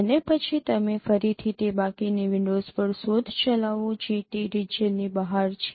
અને પછી તમે ફરીથી તે બાકીની વિન્ડોઝ પર શોધ ચલાવો જે તે રિજિયનની બહાર છે